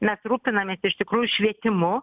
mes rūpinamės iš tikrųjų švietimu